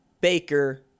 Baker